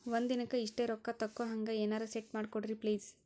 ಒಂದಿನಕ್ಕ ಇಷ್ಟೇ ರೊಕ್ಕ ತಕ್ಕೊಹಂಗ ಎನೆರೆ ಸೆಟ್ ಮಾಡಕೋಡ್ರಿ ಪ್ಲೀಜ್?